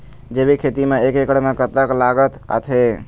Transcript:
जैविक खेती म एक एकड़ म कतक लागत आथे?